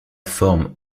forme